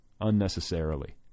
unnecessarily